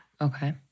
Okay